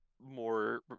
more